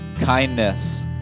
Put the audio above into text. kindness